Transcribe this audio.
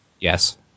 yes